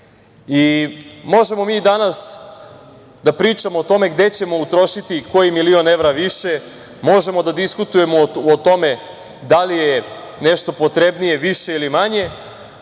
Vučićem. Možemo danas da pričamo o tome gde ćemo utrošiti koji milion evra više, možemo da diskutujemo o tome da li je nešto potrebnije više ili manje,